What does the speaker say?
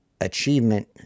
achievement